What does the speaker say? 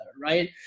right